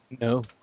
No